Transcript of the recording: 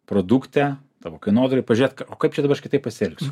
produkte tavo kainodarai pažiūrėt o kaip čia dabar aš kitaip pasielgsiu